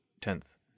tenth